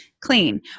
clean